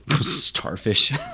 Starfish